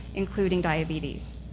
including diabetes.